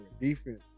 defense